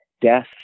death